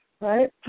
right